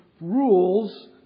rules